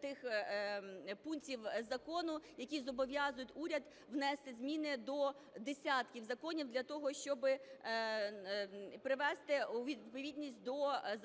тих пунктів закону, які зобов'язують уряд внести зміни до десятків законів для того, щоби привести у відповідність до Закону